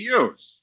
use